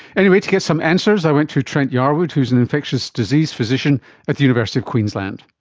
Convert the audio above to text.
anyway, to get some answers i went to trent yarwood who is an infectious disease physician at the university of queensland.